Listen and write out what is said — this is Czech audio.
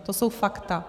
To jsou fakta.